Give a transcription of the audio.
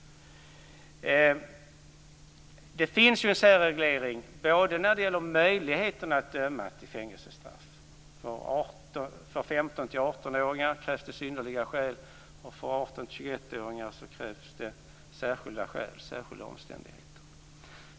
Det finns en särreglering när det gäller möjligheten att döma till fängelsestraff - för 15-18-åringar krävs det synnerliga skäl, och för 18-21-åringar krävs det särskilda skäl.